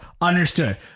Understood